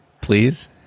please